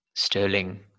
Sterling